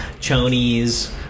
chonies